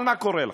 אבל מה קורה לכם?